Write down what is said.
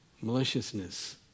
maliciousness